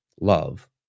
love